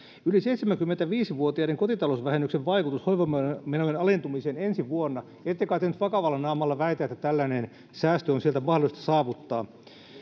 yli seitsemänkymmentäviisi vuotiaiden kotitalousvähennyksen vaikutus hoivamenojen alentumiseen ensi vuonna ette kai te nyt vakavalla naamalla väitä että tällainen säästö on sieltä mahdollista saavuttaa